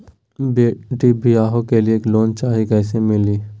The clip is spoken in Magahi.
बेटी ब्याह के लिए लोन चाही, कैसे मिली?